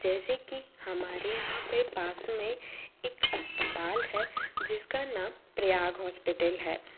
जैसे कि हमारे यहाँ पे पास में एक अस्पताल है जिसका नाम प्रयाग हॉस्पिटल है